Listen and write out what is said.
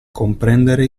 comprendere